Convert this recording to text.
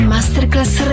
Masterclass